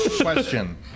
Question